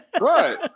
Right